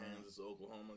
Kansas-Oklahoma